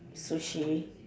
sushi